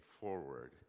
forward